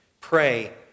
pray